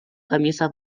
camisa